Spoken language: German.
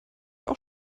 auch